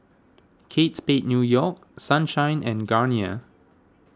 Kate Spade New York Sunshine and Garnier